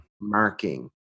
marking